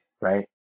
Right